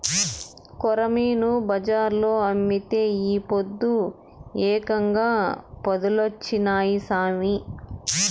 కొరమీను బజార్లో అమ్మితే ఈ పొద్దు ఏకంగా పదేలొచ్చినాయి సామి